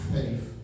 Faith